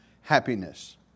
happiness